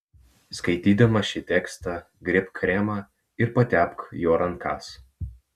skaitydama šį tekstą griebk kremą ir patepk juo rankas